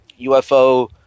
UFO